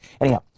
Anyhow